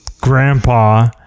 grandpa